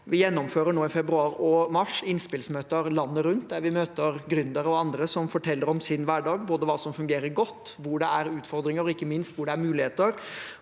Vi gjennomfører nå i februar og mars innspillsmøter landet rundt der vi møter gründere og andre som forteller om sin hverdag, både hva som fungerer godt, hvor det er utfordringer, og ikke minst hvor det er muligheter.